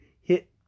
hit